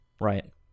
right